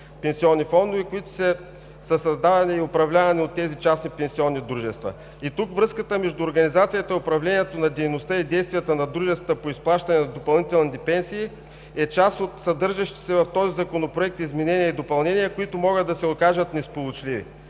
пенсионни фондове, които са създавани и управлявани от частните пенсионни дружества. Тук връзката между организацията и управлението на дейността и действията на дружествата по изплащане на допълнителни пенсии е част от съдържащите се в този Законопроект изменения и допълнения, които могат да се окажат несполучливи.